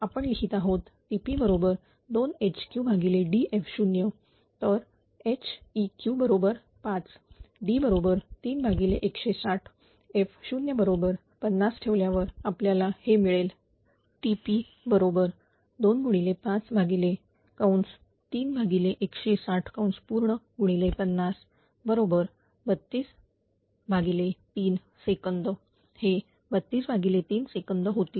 आपण लिहीत आहोत TP बरोबर 2Heq Df0 तर Heq बरोबर 5 D बरोबर 3160 f0 50 ठेवल्यावर आपल्याला हे मिळेल TP 2550323sec हे 323 सेकंद होईल